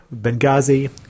Benghazi